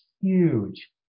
huge